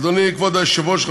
אדוני כבוד היושב-ראש,